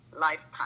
lifetime